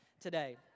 today